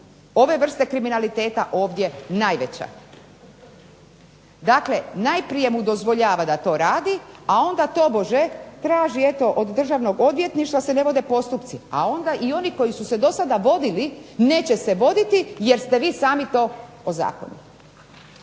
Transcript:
ove vrste kriminaliteta ovdje najveća. Dakle, najprije mu dozvoljava da to radi onda tobože traži od Državnog odvjetništva se ne vode postupci a onda oni koji su se do sada vodili neće se voditi jer ste vi sami to ozakonili.